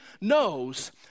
knows